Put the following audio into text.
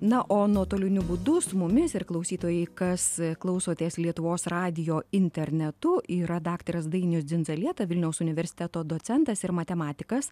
na o nuotoliniu būdu su mumis ir klausytojai kas klausotės lietuvos radijo internetu yra daktaras dainius dzindzalieta vilniaus universiteto docentas ir matematikas